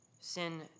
Sin